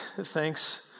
thanks